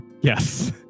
Yes